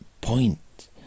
point